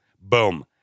Boom